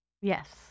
yes